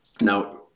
Now